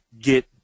get